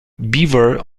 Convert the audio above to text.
beaver